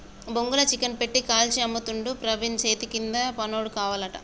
బొంగుల చికెన్ పెట్టి కాల్చి అమ్ముతుండు ప్రవీణు చేతికింద పనోడు కావాలట